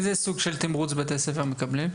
איזה סוג של תמרוץ בתי הספר מקבלים?